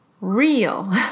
real